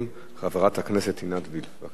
חברת הכנסת עינת וילף, בבקשה.